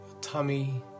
Tummy